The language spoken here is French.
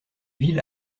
ville